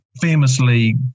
famously